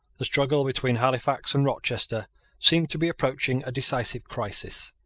the struggle between halifax and rochester seemed to be approaching a decisive crisis.